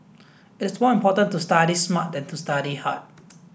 it's more important to study smart than to study hard